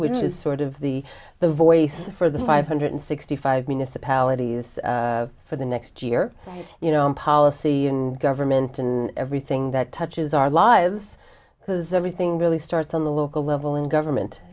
which is sort of the the voice for the five hundred sixty five municipalities for the next year you know policy and government and everything that touches our lives because everything really starts on the local level in government